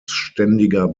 ständiger